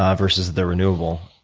ah versus the renewable.